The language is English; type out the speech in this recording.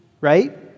right